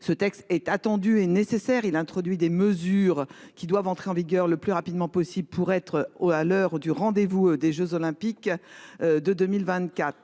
ce texte est attendu et nécessaire. Il comporte des mesures qui doivent entrer en vigueur le plus rapidement possible pour que nous soyons au rendez-vous des jeux Olympiques et